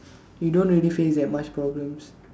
you don't really face that much problems